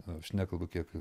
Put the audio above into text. aš nekalbu kiek